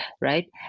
right